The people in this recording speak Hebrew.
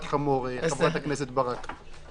לא היתה יותר ג'ני אם הייתי נשארת.